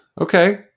Okay